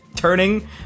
turning